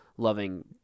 loving